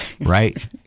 Right